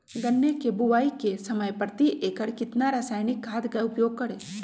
गन्ने की बुवाई के समय प्रति एकड़ कितना रासायनिक खाद का उपयोग करें?